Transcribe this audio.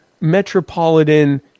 metropolitan